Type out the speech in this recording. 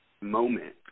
moment